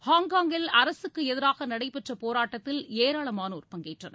ஹாங்காங்கில் அரசுக்கு எதிராக நடைபெற்ற போராட்டத்தில் ஏராளமானோர் பங்கேற்றனர்